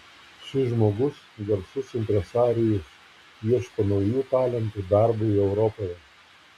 šis žmogus garsus impresarijus ieško naujų talentų darbui europoje